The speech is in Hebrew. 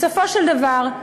בסופו של דבר,